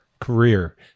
career